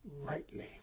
Rightly